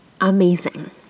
amazing